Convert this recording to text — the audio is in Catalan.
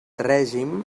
règim